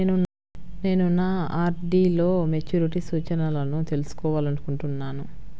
నేను నా ఆర్.డీ లో మెచ్యూరిటీ సూచనలను తెలుసుకోవాలనుకుంటున్నాను